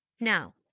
Now